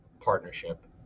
partnership